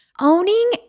Owning